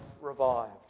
revived